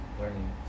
learning